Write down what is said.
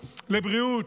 לבריאות,